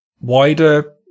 wider